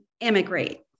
emigrate